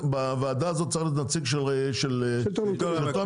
בוועדה הזאת צריך להיות נציג של השלטון המקומי,